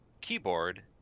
keyboard